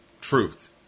truth